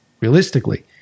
Realistically